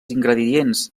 ingredients